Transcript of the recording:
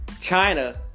China